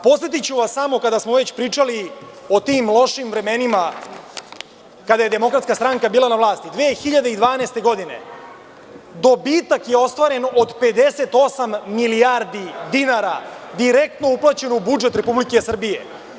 Podsetiću vas samo, kada smo već pričali o tim lošim vremenima kada je DS bila na vlasti, 2012. godine dobitak je ostvaren od 58 milijardi dinara, direktno uplaćen u budžet Republike Srbije.